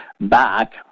back